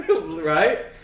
right